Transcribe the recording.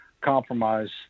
compromise